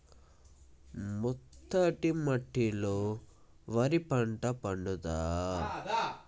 మెత్తటి మట్టిలో వరి పంట పండుద్దా?